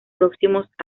próximos